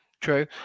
True